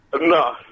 No